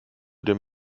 den